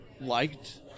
liked